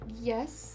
Yes